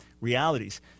realities